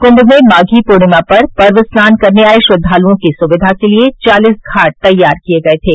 कुंभ में माधी पूर्णिमा पर पर्व स्नान करने आये श्रद्वालुओं की सुविधा के लिये चालीस घाट तैयार किये गये थे